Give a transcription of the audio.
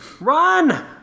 Run